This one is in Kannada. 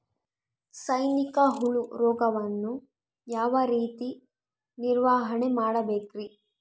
ಸೈನಿಕ ಹುಳು ರೋಗವನ್ನು ಯಾವ ರೇತಿ ನಿರ್ವಹಣೆ ಮಾಡಬೇಕ್ರಿ?